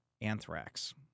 Anthrax